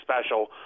special